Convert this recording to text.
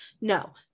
No